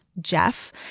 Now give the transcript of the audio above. Jeff